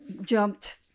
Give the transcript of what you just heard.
jumped